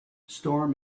storm